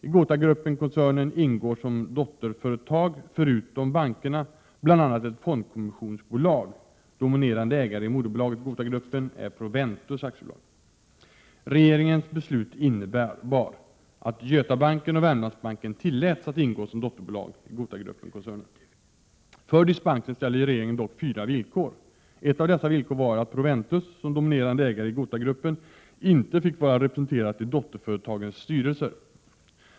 I GotaGruppen-koncernen ingår som dotterföretag, förutom bankerna, bl.a. ett fondkommissionsbolag. Dominerande ägare i moderbolaget Gota Gruppen AB är Proventus AB. För dispensen ställde regeringen dock fyra villkor. Ett av dessa villkor var att Proventus AB, som dominerande ägare i GotaGruppen AB, inte fick vara representerat i dotterföretagens styrelser.